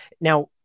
Now